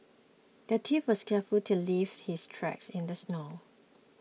the thief was careful to leave his tracks in the snow